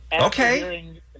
okay